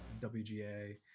WGA